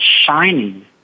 shining